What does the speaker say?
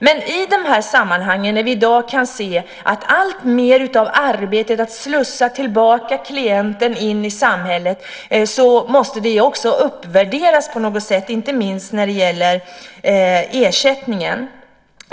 Men i dessa sammanhang då vi kan se alltmer arbete för att slussa tillbaka klienter in i samhället måste detta arbete också uppvärderas på något sätt, inte minst när det gäller ersättningen.